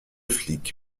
flic